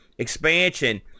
expansion